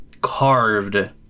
carved